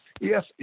yes